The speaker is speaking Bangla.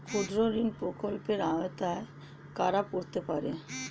ক্ষুদ্রঋণ প্রকল্পের আওতায় কারা পড়তে পারে?